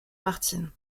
martín